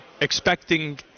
expecting